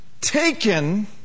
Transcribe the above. taken